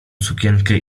sukienkę